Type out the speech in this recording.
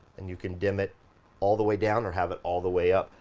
and you can dim it all the way down or have it all the way up.